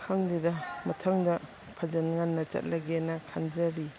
ꯈꯪꯗꯦꯗ ꯃꯊꯪꯗ ꯐꯖꯅ ꯉꯟꯅ ꯆꯠꯂꯒꯦꯅ ꯈꯟꯖꯔꯤ